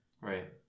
Right